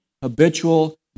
Habitual